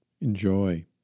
Enjoy